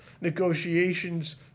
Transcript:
negotiations